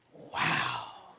wow.